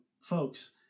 folks